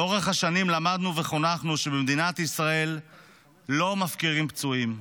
לאורך השנים למדנו וחונכנו שבמדינת ישראל לא מפקירים פצועים,